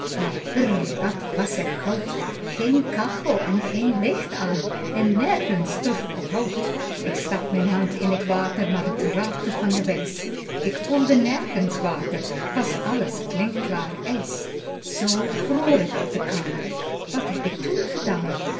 maar brrr wat was het koud geen kachel en geen licht aan en nergens turf of hout pieter louwerse alles zingt ik stak mijn hand in t water maar k raakte van de wijs ik voelde nergens water t was alles klinkklaar ijs z vroor het op de kamer wat heb ik toen gedaan